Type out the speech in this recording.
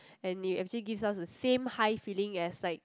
and it actually gives us the same high feeling as like